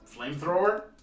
flamethrower